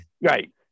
right